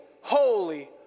holy